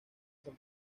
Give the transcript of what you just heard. san